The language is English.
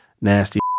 nasty